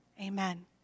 amen